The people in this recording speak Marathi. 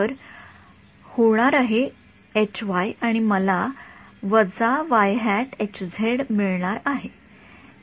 तर होणार आहे आणि मला मिळणार आहे